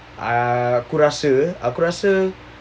aku rasa aku rasa